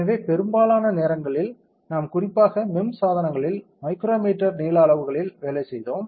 எனவே பெரும்பாலான நேரங்களில் நாம் குறிப்பாக MEMS சாதனங்களில் மைக்ரோமீட்டர் நீள அளவுகளில் வேலை செய்தோம்